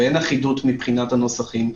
ואין אחידות מבחינת הנוסחים,